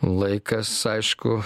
laikas aišku